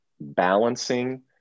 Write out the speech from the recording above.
balancing